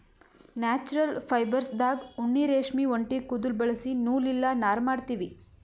natural ಫೈಬರ್ಸ್ದಾಗ್ ಉಣ್ಣಿ ರೇಷ್ಮಿ ಒಂಟಿ ಕುದುಲ್ ಬಳಸಿ ನೂಲ್ ಇಲ್ಲ ನಾರ್ ಮಾಡ್ತೀವಿ